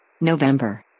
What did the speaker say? November